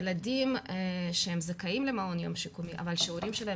ילדים שהם זכאים למעון יום שיקומי אבל שההורים שלהם